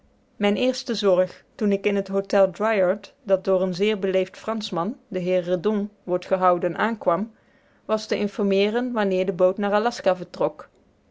mijn eerste zorg toen ik in het hotel driard dat door een zeer beleefd franschman den heer redon wordt gehouden aankwam was te informeeren wanneer de boot naar aljaska vertrok